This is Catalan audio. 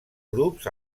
grups